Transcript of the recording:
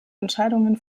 entscheidungen